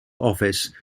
office